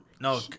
No